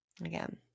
again